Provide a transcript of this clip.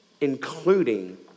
Including